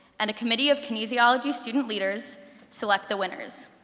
and a committee of kinesiology student leaders select the winners.